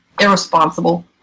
irresponsible